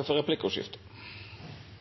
meningsfullt å